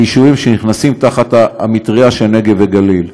היישובים שתחת המטרייה של נגב וגליל,